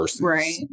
Right